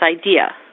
idea